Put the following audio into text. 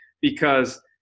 because-